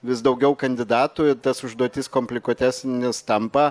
vis daugiau kandidatų ir tos užduotys komplikuotesnės tampa